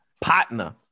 partner